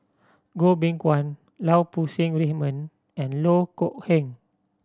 Goh Beng Kwan Lau Poo Seng Raymond and Loh Kok Heng